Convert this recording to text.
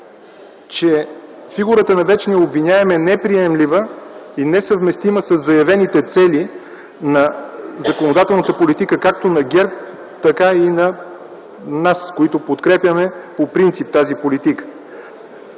че фигурата на вечния обвиняем е неприемлива и несъвместима със заявените цели на законодателната политика както на ГЕРБ, така и на нас, които подкрепяме по принцип тази политика.